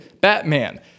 batman